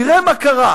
תראה מה קרה: